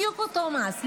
בדיוק אותו נמס,